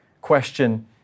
question